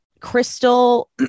Crystal